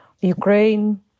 Ukraine